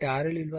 93 Ω అవుతుంది